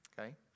Okay